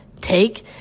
take